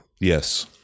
Yes